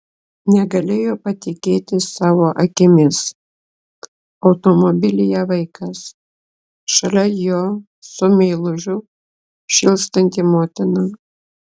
negalėjo patikėti savo akimis automobilyje vaikas šalia jo su meilužiu šėlstanti motina